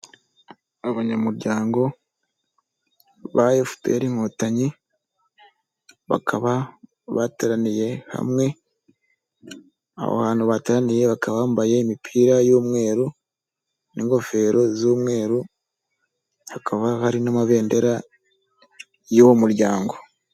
Abanyamuryango ba efuperi inkotanyi bakaba bateraniye hamwe, aho hantu bateraniye bakaba bambaye imipira y'umweru, n'ingofero z'umweru hakaba hari n'amabendera y'uwo muryango